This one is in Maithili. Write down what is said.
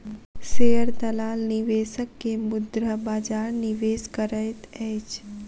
शेयर दलाल निवेशक के मुद्रा बजार निवेश करैत अछि